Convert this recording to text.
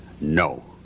no